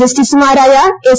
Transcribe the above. ജസ്റ്റിസുമാരായ എസ്